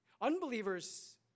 Unbelievers